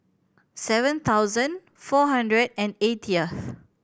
seven thousand four hundred and eightieth